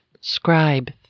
scribe